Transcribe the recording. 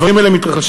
הדברים האלה מתרחשים,